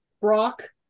Brock